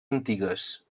antigues